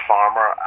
Farmer